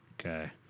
Okay